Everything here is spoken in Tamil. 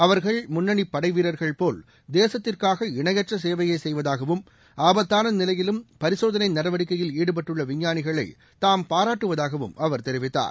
அவர்கள் முன்னணி படை வீரர்கள் போல் தேசத்திற்காக இணையற்ற சேவையை செய்வதாகவும் ஆபத்தான நிலையிலும் பரிசோதனை நடவடிக்கையில் ஈடுபட்டுள்ள விஞ்ஞானிகளை தாம் பாராட்டுவதாகவும் அவர் தெரிவித்தார்